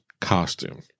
costume